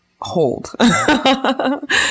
hold